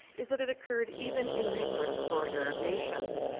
is that it occurred even in resource-poor arab nations.